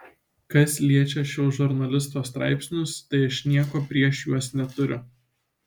kas liečia šio žurnalisto straipsnius tai aš nieko prieš juos neturiu